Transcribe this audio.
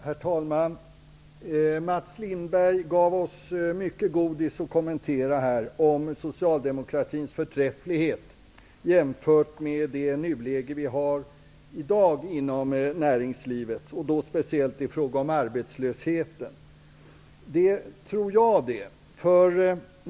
Herr talman! Mats Lindberg gav oss mycket godis om socialdemokratins förträfflighet att kommentera jämfört med det nuläge vi har i dag inom näringslivet -- då speciellt i fråga om arbetslösheten. Tror jag det!